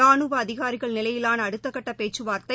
ரானுவஅதிகாரிகள் நிலையிலானஅடுத்தக்கட்டபேச்சுவார்த்தை